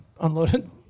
unloaded